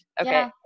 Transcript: Okay